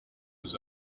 was